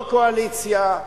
לא קואליציה.